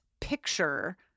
picture